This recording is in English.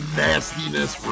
nastiness